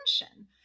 attention